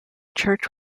church